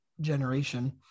generation